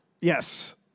Yes